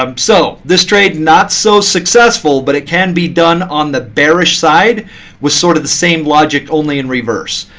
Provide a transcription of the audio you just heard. um so this trade not so successful, but it can be done on the bearish side with sort of the same logic, only in reverse.